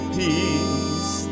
peace